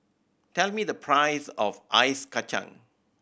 tell me the price of Ice Kachang